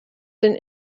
den